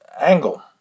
angle